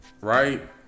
right